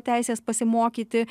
teisės pasimokyti